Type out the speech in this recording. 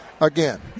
Again